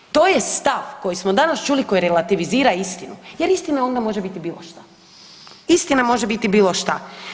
To je stav koji smo danas čuli koji relativizira istinu jer istina onda može biti bilo šta, istina može biti bilo šta.